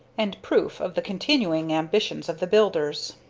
and proof of the continuing ambitions of the builders.